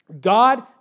God